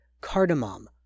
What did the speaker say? cardamom